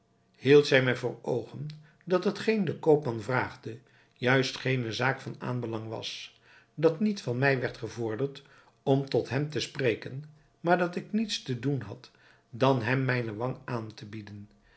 hield zij mij voor oogen dat hetgeen de koopman vraagde juist geene zaak van aanbelang was dat niet van mij werd gevorderd om tot hem te spreken maar dat ik niets te doen had dan hem mijne wang aan te bieden